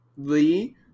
Lee